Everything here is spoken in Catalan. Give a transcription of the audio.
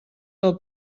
del